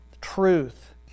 truth